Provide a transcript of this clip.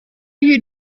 you